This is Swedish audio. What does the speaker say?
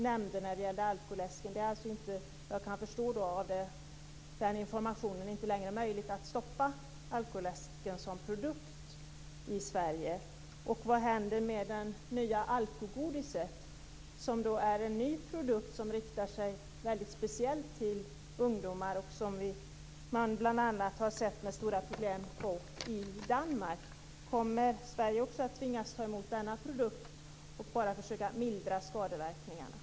Vad jag kan förstå av den informationen är det alltså inte längre möjligt att stoppa den som produkt i Sverige. Vad händer med det nya alkogodiset? Det är en ny produkt som riktar sig speciellt till ungdomar och som man bl.a. haft stora problem med i Danmark. Kommer också Sverige att tvingas ta emot denna produkt, och endast kunna försöka mildra skadeverkningarna?